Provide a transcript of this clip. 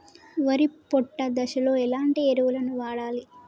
వరి పొట్ట దశలో ఎలాంటి ఎరువును వాడాలి?